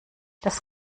das